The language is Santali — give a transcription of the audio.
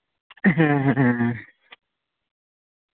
ᱦᱮᱸ ᱦᱮᱸ ᱦᱮᱸ